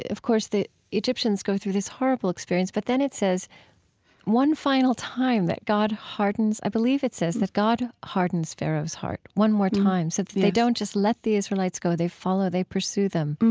of course, the egyptians go through this horrible experience. but then it says one final time that god hardens, i believe it says, that god hardens pharaoh's heart one more time so that they don't just let the israelites go, they follow they pursue them